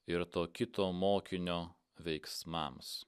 ir to kito mokinio veiksmams